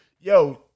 yo